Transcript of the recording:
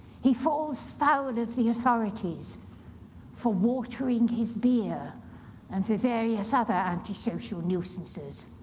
he falls foul of the authorities for watering his beer and for various other anti-social nuisances.